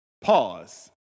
Pause